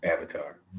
Avatar